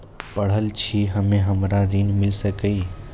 पढल छी हम्मे हमरा ऋण मिल सकई?